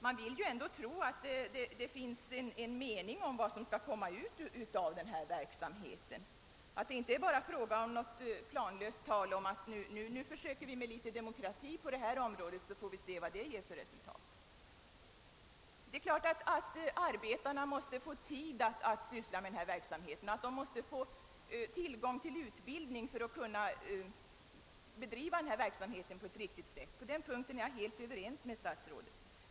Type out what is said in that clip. Man vill ju ändå tro att det är en mening i det som skall komma ut av denna verksamhet och att det inte bara är planlöst tal om att »nu försöker vi med litet demokrati på detta område, så får vi se vad det ger för resultat». Det är klart att arbetarna måste få tid att syssla med verksamheten, och att de måste få tillfälle till utbildning för att bedriva den på ett riktigt sätt. På den punkten är jag helt ense med statsrådet.